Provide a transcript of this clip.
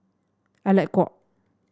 Alec Kuok